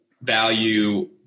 value